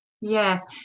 Yes